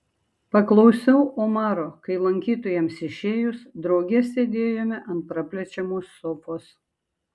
paklausiau omaro kai lankytojams išėjus drauge sėdėjome ant praplečiamos sofos